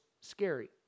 scary